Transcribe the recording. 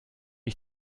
ich